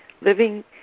living